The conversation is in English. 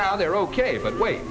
now they're ok but wait